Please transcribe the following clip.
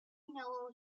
yellow